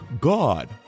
God